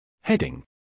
Heading